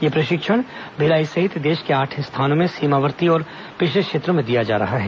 यह प्रशिक्षण भिलाई सहित देश के आठ स्थानों में सीमावर्ती और पिछड़े क्षेत्रों में दिया जा रहा है